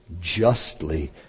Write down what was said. Justly